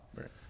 right